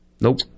Nope